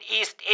East